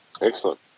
Excellent